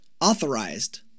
authorized